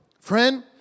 friend